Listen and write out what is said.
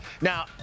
Now